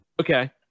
Okay